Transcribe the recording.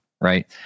right